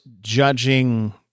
judging